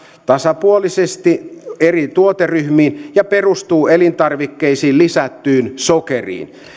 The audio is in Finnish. tasapuolisesti eri tuoteryhmiin ja perustuu elintarvikkeisiin lisättyyn sokeriin